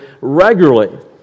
regularly